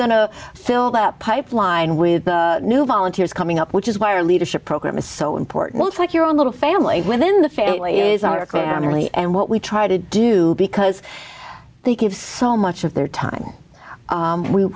going to fill that pipeline with new volunteers coming up which is why are leadership program is so important like your own little family within the family is our clammy and what we try to do because they give so much of their time